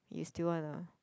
you still wanna